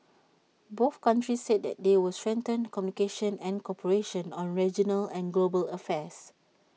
both countries said that they will strengthen communication and cooperation on regional and global affairs